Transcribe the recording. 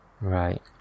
Right